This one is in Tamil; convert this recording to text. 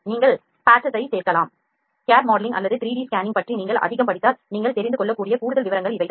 நீங்கள் patches ஐ சேர்க்கலாம் CAD மாடலிங் அல்லது 3 D ஸ்கேனிங் பற்றி நீங்கள் அதிகம் படித்தால் நீங்கள் தெரிந்து கொள்ளக்கூடிய கூடுதல் விவரங்கள் இவைதான்